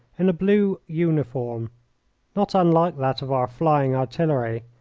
in a blue uniform not unlike that of our flying artillery,